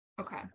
Okay